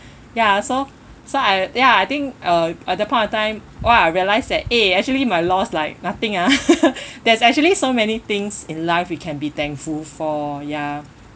ya so so I ya I think uh at that point of time what I realise that eh actually my loss like nothing ah there's actually so many things in life we can be thankful for ya